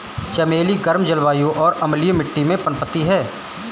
चमेली गर्म जलवायु और अम्लीय मिट्टी में पनपती है